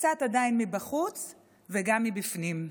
עדיין קצת מבחוץ וגם מבפנים.